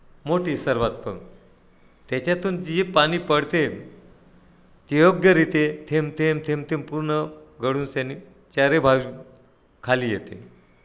मोठी सर्वात पण त्याच्यातून जी पाणी पडते ते योग्यरीत्या थेंब थेंब थेंब थेंब पूर्ण गळूनशनी चारी बाजूने खाली येते